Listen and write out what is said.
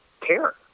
care